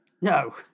No